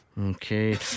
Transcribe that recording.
Okay